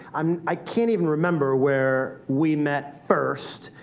um i can't even remember where we met first.